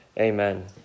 amen